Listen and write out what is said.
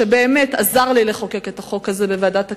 שבאמת עזר לי לחוקק את החוק הזה בוועדת הכספים,